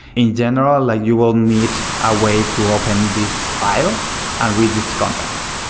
in general like you will need a way to open this file and read this content.